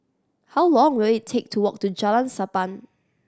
how long will it take to walk to Jalan Sappan